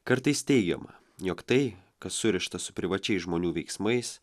kartais teigiama jog tai kas surišta su privačiais žmonių veiksmais